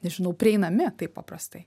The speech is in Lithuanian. nežinau prieinami taip paprastai